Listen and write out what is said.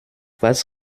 was